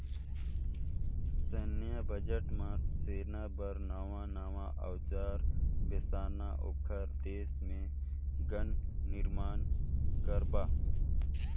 सैन्य बजट म सेना बर नवां नवां अउजार बेसाना, ओखर देश मे गन निरमान करबा